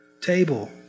table